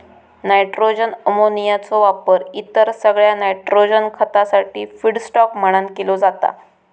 nitrogen अमोनियाचो वापर इतर सगळ्या नायट्रोजन खतासाठी फीडस्टॉक म्हणान केलो जाता